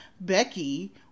Becky